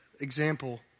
example